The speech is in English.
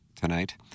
tonight